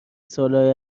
سالهای